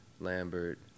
Lambert